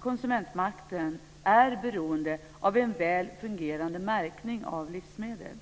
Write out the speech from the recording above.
konsumentmakten är beroende av en väl fungerande märkning av livsmedel.